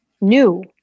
new